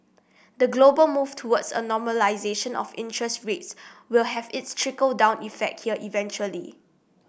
the global move towards a normalisation of interest rates will have its trickle down effect here eventually